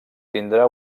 tindrà